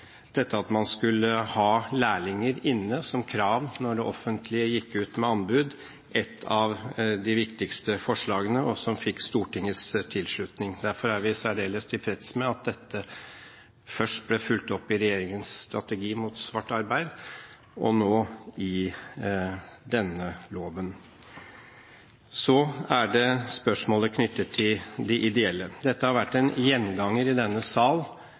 dette først ble fulgt opp i regjeringens strategi mot svart arbeid og nå i denne loven. Så til spørsmålet knyttet til de ideelle. Dette har vært en gjenganger i denne sal,